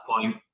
point